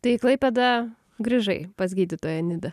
tai į klaipėdą grįžai pas gydytoją nidą